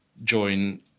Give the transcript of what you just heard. Join